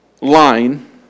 line